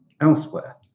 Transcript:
elsewhere